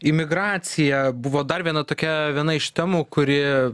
imigracija buvo dar viena tokia viena iš temų kuri